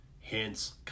hence